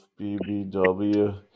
BBW